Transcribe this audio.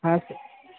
हां सर